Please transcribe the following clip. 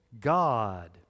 God